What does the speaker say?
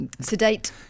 sedate